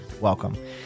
Welcome